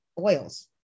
oils